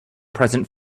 present